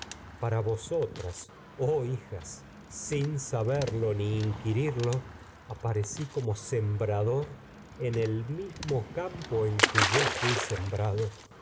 para vosotras oh hijas sin saberlo ni inquiedipo rey lirio aparecí yo como sembrador en el mismo campo en que fui sembrado